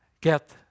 get